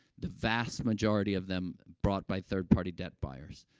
the vast majority of them brought by third-party debt buyers.